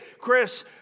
Chris